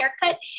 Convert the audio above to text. haircut